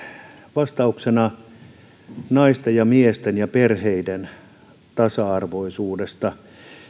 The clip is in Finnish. vastauksena naisten ja miesten ja perheiden tasa arvoisuudesta